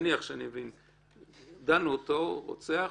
דנו אותו רוצח,